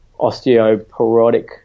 osteoporotic